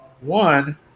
One